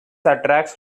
attracts